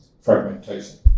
fragmentation